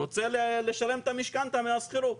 הוא רוצה לשלם את המשכנתא מהשכירות.